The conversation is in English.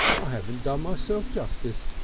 i haven't done myself justice.